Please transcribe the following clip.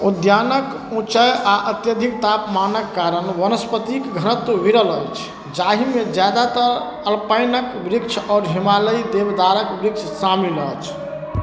उद्यानके उँचाइ आओर अत्यधिक तापमानके कारण वनस्पतिके घनत्व विरल अछि जाहिमे ज्यादातर अल्पाइनके वृक्ष आओर हिमालयी देवदारके वृक्ष शामिल अछि